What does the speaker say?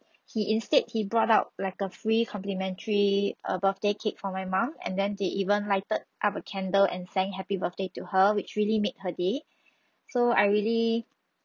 he instead he brought out like a free complimentary err birthday cake for my mom and then they even lighted up a candle and sang happy birthday to her which really made her day so I really